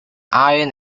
ion